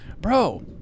Bro